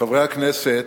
חברי הכנסת,